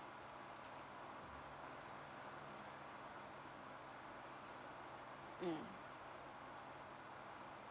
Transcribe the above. mm